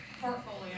Portfolio